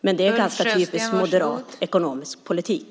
Men det är väl ganska typisk moderat ekonomisk politik.